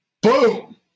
Boom